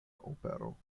opero